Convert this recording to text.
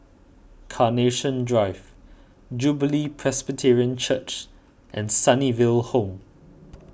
Carnation Drive Jubilee Presbyterian Church and Sunnyville Home